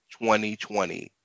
2020